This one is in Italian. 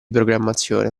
programmazione